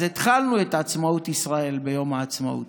אז התחלנו את עצמאות ישראל ביום העצמאות,